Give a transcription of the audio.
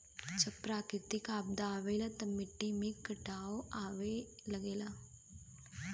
जब प्राकृतिक आपदा आवला त मट्टी में कटाव आवे लगला